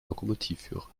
lokomotivführer